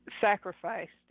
sacrificed